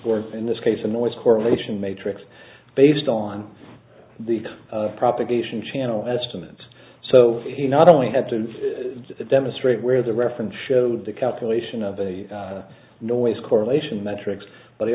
or in this case of noise correlation matrix based on the propagation channel estimates so he not only had to demonstrate where the reference showed the calculation of a noise correlation metrics but he